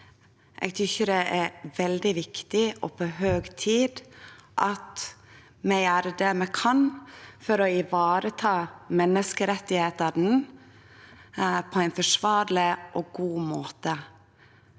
Eg tykkjer det er veldig viktig og på høg tid at vi gjer det vi kan for å vareta menneskerettane på ein forsvarleg og god måte.